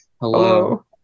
hello